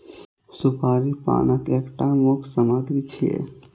सुपारी पानक एकटा मुख्य सामग्री छियै